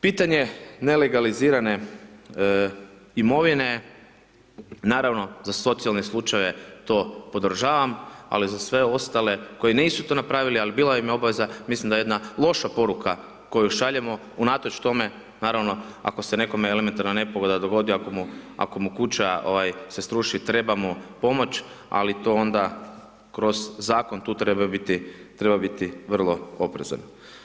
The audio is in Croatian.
Pitanje nelegalizirane imovine, naravno, za socijalne slučajeve to podržavam, ali za sve ostale koji nisu to napravili, ali bila im je obaveza, mislim da je jedna loša poruka koju šaljemo unatoč tome, naravno, ako se nekome elementarna nepogoda dogodi, ako mu kuća se sruši, treba mu pomoć, ali to onda kroz Zakon tu treba biti vrlo oprezan.